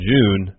June